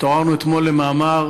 התעוררנו אתמול למאמר,